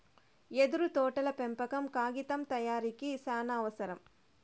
యెదురు తోటల పెంపకం కాగితం తయారీకి సానావసరం